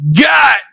got